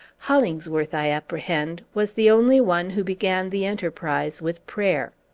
hollingsworth, i apprehend, was the only one who began the enterprise with prayer.